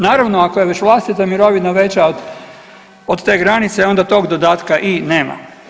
Naravno ako je već vlastita mirovina veća od, od te granice onda tog dodatka i nema.